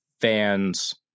fans